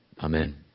Amen